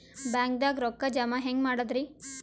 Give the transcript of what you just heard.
ಬ್ಯಾಂಕ್ದಾಗ ರೊಕ್ಕ ಜಮ ಹೆಂಗ್ ಮಾಡದ್ರಿ?